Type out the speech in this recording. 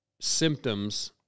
symptoms